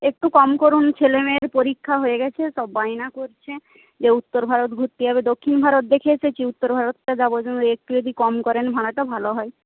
একটু কম করুন ছেলেমেয়ের পরীক্ষা হয়ে গেছে সব বায়না করছে যে উত্তর ভারত ঘুরতে যাবে দক্ষিণ ভারত দেখে এসেছে উত্তর ভারতটা যাব একটু যদি কম করেন ভাড়াটা ভালো হয়